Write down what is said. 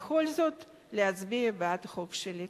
בכל זאת להצביע בעד החוק שלי.